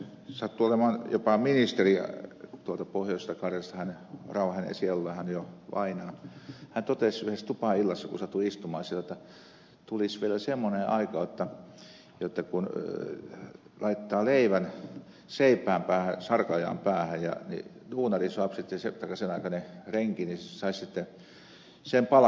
sattui olemaan jopa ministeri tuolta pohjoisesta karjalasta rauha hänen sielulleen hän on jo vainaa joka totesi yhdessä tupaillassa kun satuin istumaan siellä jotta tulisi vielä semmoinen aika jotta kun laittaa leivän seipään päähän sarkaojan päähän niin duunari saapi sitten taikka senaikainen renki sen palkakseen